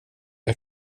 jag